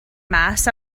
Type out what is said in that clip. mas